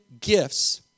gifts